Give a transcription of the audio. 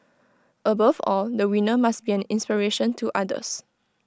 above all the winner must be an inspiration to others